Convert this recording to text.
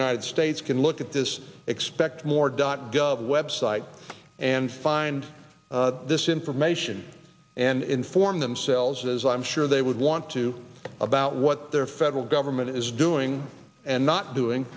united states can look at this expect more dot gov web site and find this information and inform themselves as i'm sure they would want to about what their federal government is doing and not